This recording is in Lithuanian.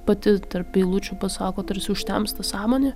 pati tarp eilučių pasako tarsi užtemsta sąmonė